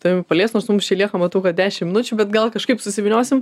tavim paliest nors mums čia lieka matau kad dešim minučių bet gal kažkaip susivyniosim